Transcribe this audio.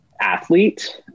athlete